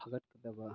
ꯐꯥꯒꯠꯀꯗꯕ